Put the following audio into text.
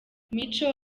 mico